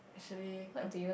actually um